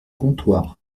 comptoir